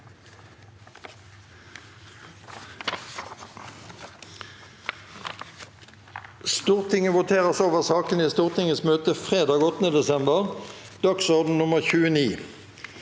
Stortinget voterer så over sakene i Stortingets møte fredag 8. desember, dagsorden nr. 29.